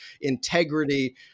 integrity